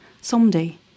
Someday